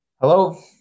hello